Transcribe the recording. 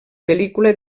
pel·lícula